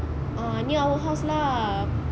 ah near our house lah